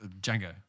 Django